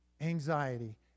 anxiety